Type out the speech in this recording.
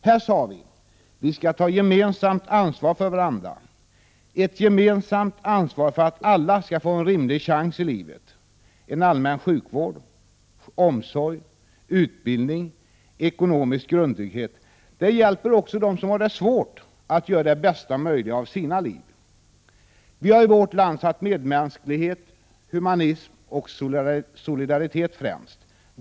Här sade vi: Vi skall ta ett gemensamt ansvar för varandra, ett gemensamt ansvar för att alla skall få en rimlig chans i livet. Det innebär en allmän sjukvård, omsorg, utbildning och ekonomisk grundtrygghet. Det hjälper också dem som har det svårt att göra det bästa möjliga av sina liv. Vi har i vårt land satt medmänsklighet, humanitet och solidaritet främst.